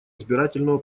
избирательного